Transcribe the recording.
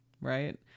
right